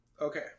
Okay